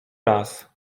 raz